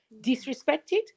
disrespected